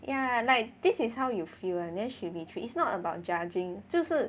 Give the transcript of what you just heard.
ya like this is how you feel [one] then should be it's not about judging 就是